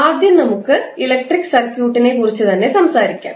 ആദ്യം നമുക്ക് ഇലക്ട്രിക് സർക്യൂട്ടിനെക്കുറിച്ച് തന്നെ സംസാരിക്കാം